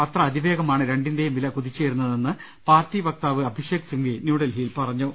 അത്ര അതിവേഗമാണ് രണ്ടിന്റെയും വില കുതിച്ചുയ രുന്നതെന്ന് പാർട്ടി വക്താവ് അഭിഷേക് സിംഗ്വി ന്യൂഡൽഹിയിൽ പറഞ്ഞു